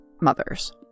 mother's